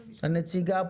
תקצרו,